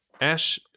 Ash